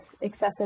excessive